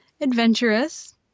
adventurous